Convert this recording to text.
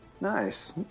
Nice